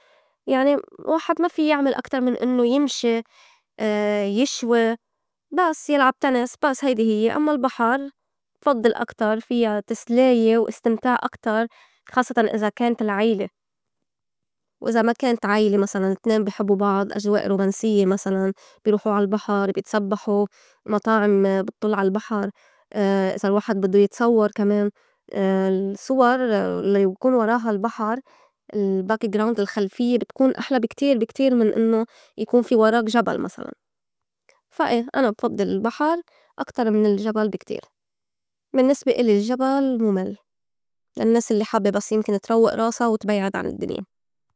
يعني الواحد ما في يعمل أكتر من إنّو يمشي، يشوي، بس يلعب تنس، بس هيدي هيّ. أمّا البحر بفضّل أكتر فيا تسلايه واستمتاع أكتر خاصّتاً إذا كانت العيلة. وإذا ما كانت عيلة مسلاً أتنين بحبّه بعض أجواء رومانسيّة مسلاً بي روحُ عال بحر بيتسبّحو، مطاعم بتطُّل عال بحر، إذا الواحد بدّو يتصوّر كمان، الصور الي بكون وراها البحر ال background الخلفيّة بتكون أحلى بي- كتير- بي كتير من إنّو يكون في وراك جبل مسلاً. فا إيه أنا بفضّل البحر أكتر من الجبل بي كتير بالنّسبة الي الجبل مُمل للنّاس الّي حابّه يمكن تروّق راسا وتبيعد عن الدّنيا.